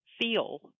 feel